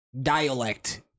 dialect